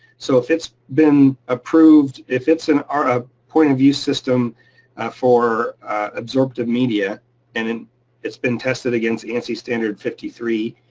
so if it's been approved, if it's and a ah point of use system for adsorptive media and and it's been tested against ansi standard fifty three,